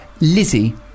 Lizzie